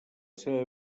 seva